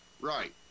Right